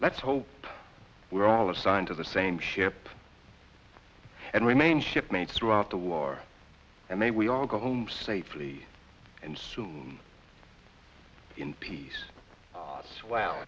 let's hope we're all assigned to the same ship and remain shipmates throughout the war and may we all go home safely and soon in peace swell